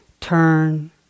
Turn